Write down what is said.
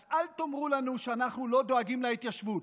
אז אל תאמרו לנו שאנחנו לא דואגים להתיישבות.